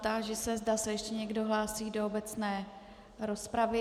Táži se, zda se ještě někdo hlásí do obecné rozpravy.